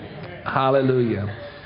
Hallelujah